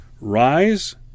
Rise